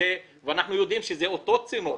ואנחנו יודעים שזה אותו הצינור